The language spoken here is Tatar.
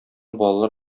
балалар